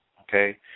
okay